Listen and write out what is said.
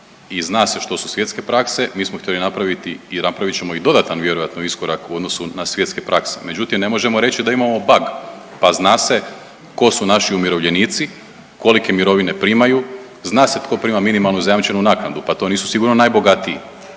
i zna se što su svjetske prakse. Mi smo htjeli napraviti i napravit ćemo i dodatan vjerojatno iskorak u odnosu na svjetske prakse, međutim ne možemo reći da imamo … pa zna se ko su naši umirovljenici, kolike mirovine primaju, zna se tko prima minimalnu zajamčenu naknadu pa to nisu sigurno najbogatiji,